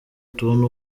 tubone